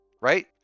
right